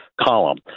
column